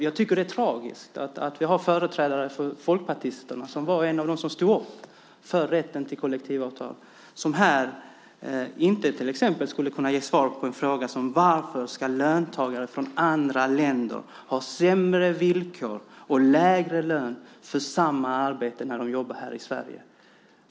Jag tycker att det är tragiskt att vi har företrädare för Folkpartiet, som var bland dem som stod upp för rätten till kollektivavtal, som här till exempel inte skulle kunna ge svar på en fråga om varför löntagare från andra länder ska ha sämre villkor och lägre lön för samma arbete när de jobbar här i Sverige.